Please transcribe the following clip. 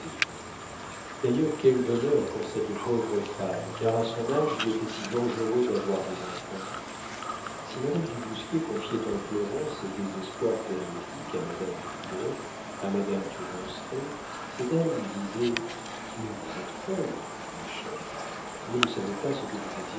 d'ailleurs quel bonheur pour cette pauvre femme car à son âge il était si dangereux d'avoir des enfants si madame du bousquier confiait en pleurant ses désespoirs périodiques à madame du coudrai à madame du ronceret ces dames lui disaient mais vous êtes folle ma chère vous ne savez pas ce que vous